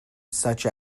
such